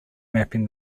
mapping